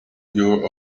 your